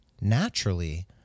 naturally